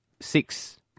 six